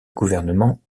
gouvernement